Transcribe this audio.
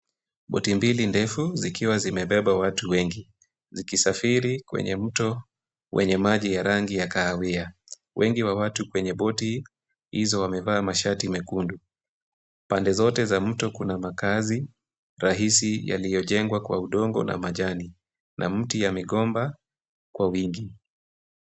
Boti mbili ndefu, zikiwa zimebeba watu wengi, zikisafiri kwenye mto wenye maji ya rangi ya kahawia, wengi wa watu kwenye boti hizo wamevaa mashati mekundu. Pande zote za mto kuna makazi rahisi yaliyojengwa kwa udongo na majani, na mti ya migomba kwa wingi.